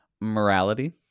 morality